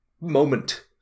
moment